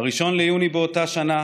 ב-1 ביוני באותה שנה